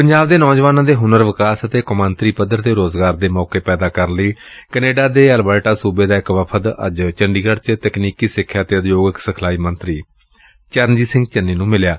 ਪੰਜਾਬ ਦੇ ਨੌਜਵਾਨਾਂ ਦੇ ਹੁਨਰ ਵਿਕਾਸ ਅਤੇ ਕੌਮਾਂਤਰੀ ਪੱਧਰ ਤੇ ਰੋਜ਼ਗਾਰ ਦੇ ਮੌਕੇ ਪੈਦਾ ਕਰਨ ਲਈ ਕੈਨੇਡਾ ਦੇ ਐਲਬਰਟਾਂ ਸੁਬੇ ਦਾ ਇਕ ਵਫ਼ਦ ਅੱਜ ਚੰਡੀਗਤ ਚ ਤਕਨੀਕੀ ਸਿਖਿਆ ਅਤੇ ਉਦਯੋਗਿਕ ਸਿਖਲਾਈ ਮੰਤਰੀ ਚਰਨਜੀਤ ਸਿੰਘ ਨੂੰ ਮਿਲਿਆ